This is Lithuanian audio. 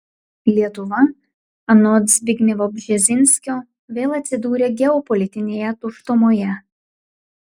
lietuva anot zbignevo bžezinskio vėl atsidūrė geopolitinėje tuštumoje